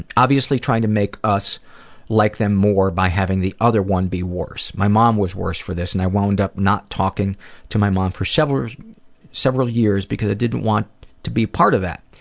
and obviously trying to make us like them more by having the other one be worse. my mom was owrse for this and i wound up not talking to my mom for several several years because i didn't want to be part of that.